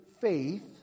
faith